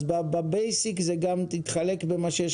אנחנו אומרים שמבחינה בסיסית אתה צריך לחלוק את מה שיש